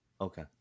okay